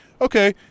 Okay